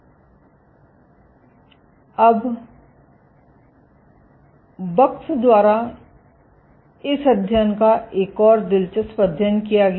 अब बक्स द्वारा इस अध्ययन का एक और दिलचस्प अध्ययन किया गया